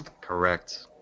Correct